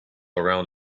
around